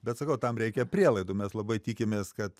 bet sakau tam reikia prielaidų mes labai tikimės kad